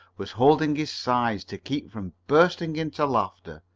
was holding his sides to keep from bursting into laughter,